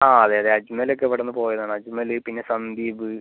ആ അതെ അതെ അജ്മൽ ഒക്കെ ഇവിടെനിന്ന് പോയതാണ് അജ്മൽ പിന്നെ സന്ദീപ്